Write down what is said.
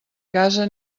casa